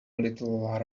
little